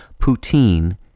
Poutine